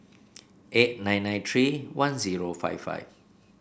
eight nine nine three one zero five five